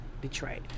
betrayed